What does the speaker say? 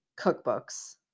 cookbooks